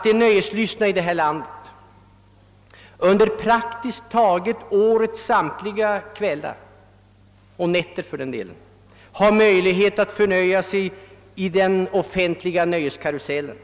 De nöjeslystna i detta land har under praktiskt taget årets samtliga kväl lar — och nätter med, för den delen — möjlighet att delta i den offentliga nöjeskarusellen.